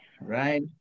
Right